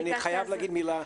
אני חייב להגיד מילה.